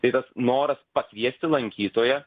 tai tas noras pakviesti lankytoją